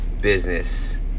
business